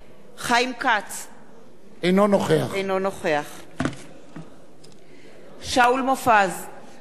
אינו נוכח שאול מופז, אינו נוכח